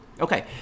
Okay